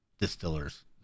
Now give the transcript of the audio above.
distillers